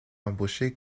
embaucher